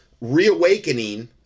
reawakening